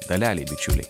dalelėj bičiuliai